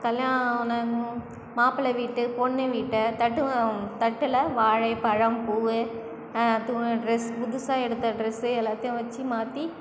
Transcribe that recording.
கல்யாணம் மாப்பிளை வீட்டு பொண்ணு வீட்டை தட்டு வ தட்டில் வாழைப்பழம் பூ துணி ட்ரெஸ் புதுசாக எடுத்த ட்ரெஸ் எல்லாத்தையும் வச்சு மாற்றி